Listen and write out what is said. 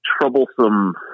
troublesome